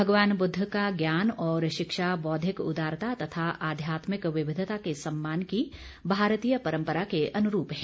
भगवान बुद्ध का ज्ञान और शिक्षा बौद्विक उदारता तथा आध्यात्मिक विविधता के सम्मान की भारतीय परम्परा के अनुरूप है